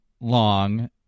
long